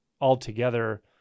altogether